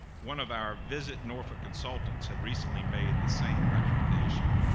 one of our visit norfolk consultants had recently made the same recommendation,